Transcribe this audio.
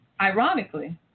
Ironically